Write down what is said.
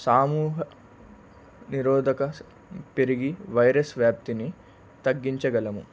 సమూహ నిరోధక పెరిగి వైరస్ వ్యాప్తిని తగ్గించగలము